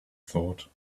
thought